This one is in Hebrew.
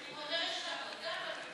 אני חושבת, תומכת בשר גלנט.